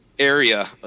area